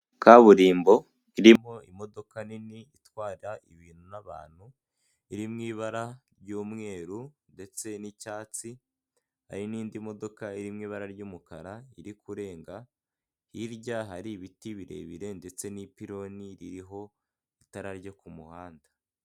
Kaburimbo irimo imodoka nini itwara ibintu n'abantu, iri mu ibara ry'umweru ndetse n'icyatsi, hari n'indi modoka iri mu ibara ry'umukara, iri kurenga, hirya hari ibiti birebire, ndetse n'ipironi ririho itara ryo ku muhanda.